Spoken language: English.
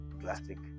plastic